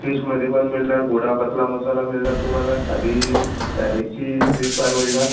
फिशमध्ये पण मिळणार गोडा पतला मसाला मिळणार तुम्हाला साधी डायरेकची फिश फ्राय मिळणार